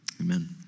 amen